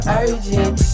urgent